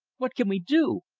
what can we do?